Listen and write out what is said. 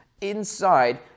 inside